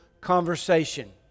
conversation